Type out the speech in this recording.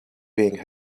being